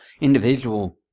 individual